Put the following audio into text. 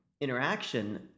interaction